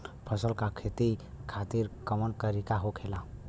फसल का खेती खातिर कवन तरीका होखेला?